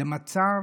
זה מצב